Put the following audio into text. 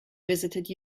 visited